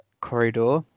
corridor